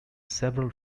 several